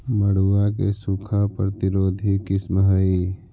मड़ुआ के सूखा प्रतिरोधी किस्म हई?